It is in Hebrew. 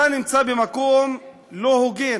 אתה נמצא במקום לא הוגן.